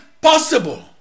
possible